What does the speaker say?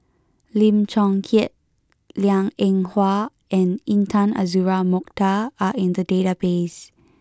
Lim Chong Keat Liang Eng Hwa and Intan Azura Mokhtar are in the database